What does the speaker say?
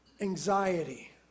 anxiety